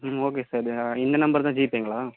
ம் okay sir அது இந்த நம்பர் தான் ஜிபேங்களா